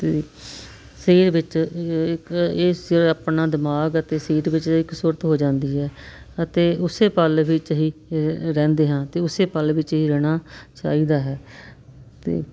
ਅਤੇ ਸਰੀਰ ਵਿੱਚ ਇੱਕ ਇਸ ਆਪਣਾ ਦਿਮਾਗ ਅਤੇ ਸਰੀਰ ਵਿੱਚ ਇੱਕ ਸੁਰਤ ਹੋ ਜਾਂਦੀ ਹੈ ਅਤੇ ਉਸੇ ਪਲ ਵਿੱਚ ਹੀ ਰਹਿੰਦੇ ਹਾਂ ਅਤੇ ਉਸੇ ਪਲ ਵਿੱਚ ਹੀ ਰਹਿਣਾ ਚਾਹੀਦਾ ਹੈ ਅਤੇ